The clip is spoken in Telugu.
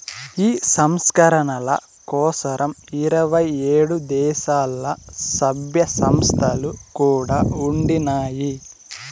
ఈ సంస్కరణల కోసరం ఇరవై ఏడు దేశాల్ల, సభ్య సంస్థలు కూడా ఉండినాయి